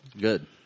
good